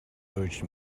urged